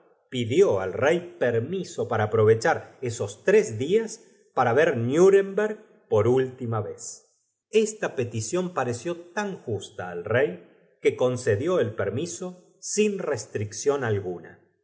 pidió al roy permiso pa a hprovecl u esos tres días para ver n urembc rg por última vez esta petición pareció tan justa al rey que concedió el permiso sin restricc ión alguna